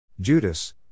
Judas